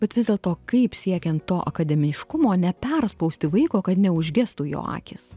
bet vis dėlto kaip siekiant to akademiškumo neperspausti vaiko kad neužgestų jo akys